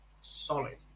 solid